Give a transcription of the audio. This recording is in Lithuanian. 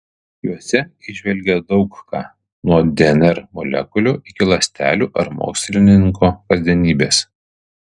juose įžvelgė daug ką nuo dnr molekulių iki ląstelių ar mokslininko kasdienybės